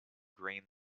green